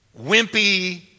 wimpy